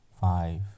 five